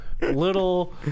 little